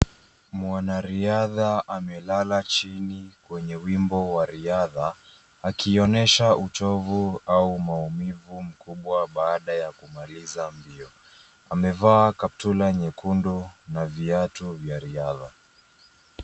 Mwanariadha amelala chini kwenye wimbo wa riadha, akionyesha uchovu au maumivu mkubwa baada ya kumaliza mbio. Amevaa kaptula nyekundu na viatu vya riadha.